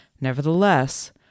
Nevertheless